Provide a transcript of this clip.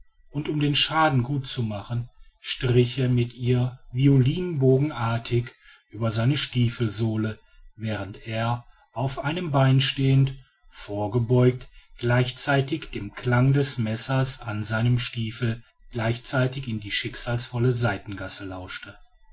und um den schaden gut zu machen strich er mit ihr violinbogenartig über seine stiefelsohle während er auf einem bein stehend vorgebeugt gleichzeitig dem klang des messers an seinem stiefel gleichzeitig in die schicksalsvolle seitengasse lauschte